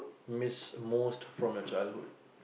miss most from your childhood